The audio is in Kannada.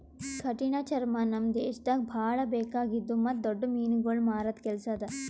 ಕಠಿಣ ಚರ್ಮ ನಮ್ ದೇಶದಾಗ್ ಭಾಳ ಬೇಕಾಗಿದ್ದು ಮತ್ತ್ ದೊಡ್ಡ ಮೀನುಗೊಳ್ ಮಾರದ್ ಕೆಲಸ ಅದಾ